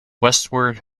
westward